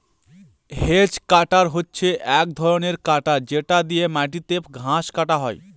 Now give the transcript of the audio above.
hedge cutter হচ্ছে এক ধরনের কাটার যেটা দিয়ে মাটিতে ঘাস কাটা হয়